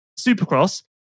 Supercross